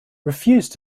refused